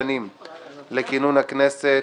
כאן.